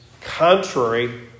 contrary